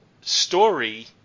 story